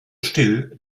still